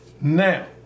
now